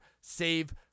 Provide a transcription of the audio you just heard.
save